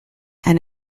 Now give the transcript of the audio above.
and